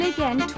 Again